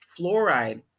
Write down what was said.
Fluoride